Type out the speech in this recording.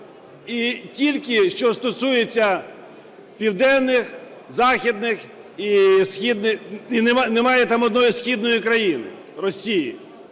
І тільки що стосується південних, західних і східних... і немає там однієї східної країни – Росії.